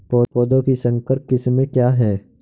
पौधों की संकर किस्में क्या हैं?